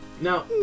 now